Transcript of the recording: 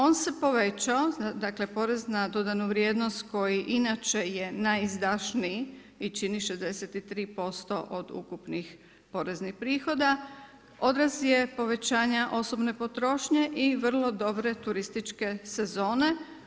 On se povećao, dakle porez na dodanu vrijednost koji inače je najizdašniji i čini 63% od ukupnih poreznih prihoda, odraz je povećanja osobne potrošnje i vrlo dobre turističke sezone.